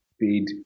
paid